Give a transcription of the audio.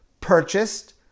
purchased